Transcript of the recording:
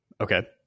Okay